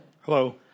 Hello